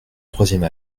troisième